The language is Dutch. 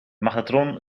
magnetron